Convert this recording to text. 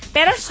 Pero